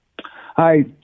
Hi